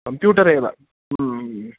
computer एव ह्म्